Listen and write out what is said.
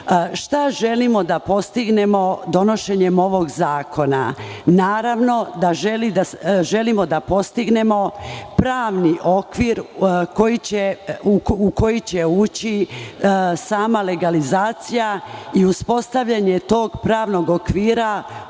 želimo da postignemo donošenjem ovog zakona? Naravno, da želimo da postignemo pravni okvir u koji će ući sama legalizacija i uspostavljanje tog pravnog okvira